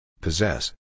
Possess